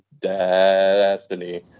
destiny